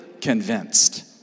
convinced